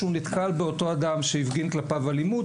שנתקל באותו אדם שהפגין כלפיו אלימות,